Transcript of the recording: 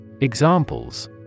Examples